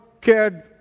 cared